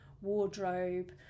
wardrobe